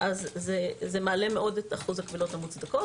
זה מעלה מאוד את אחוז הקבילות המוצדקות.